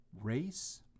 race